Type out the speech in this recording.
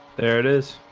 there it is